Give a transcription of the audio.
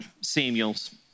Samuel's